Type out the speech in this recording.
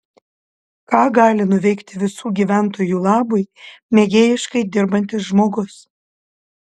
ką gali nuveikti visų gyventojų labui mėgėjiškai dirbantis žmogus